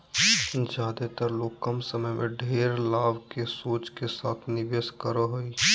ज्यादेतर लोग कम समय में ढेर लाभ के सोच के साथ निवेश करो हइ